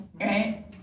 right